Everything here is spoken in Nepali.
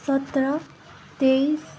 सत्र तेइस